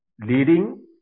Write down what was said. leading